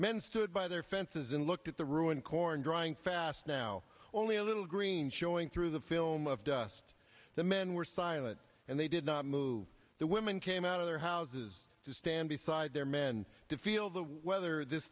men stood by their fences and looked at the ruined corn drying fast now only a little green showing through the film of dust the men were silent and they did not move the women came out of their houses to stand beside their men to feel the weather this